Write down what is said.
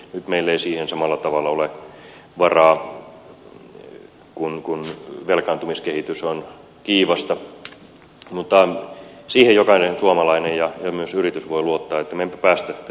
nyt meillä ei siihen samalla tavalla ole varaa kun velkaantumiskehitys on kiivasta mutta siihen jokainen suomalainen ja myös yritys voi luottaa että me emme päästä tätä maata ylivelkaantumaan